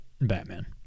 Batman